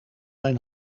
mijn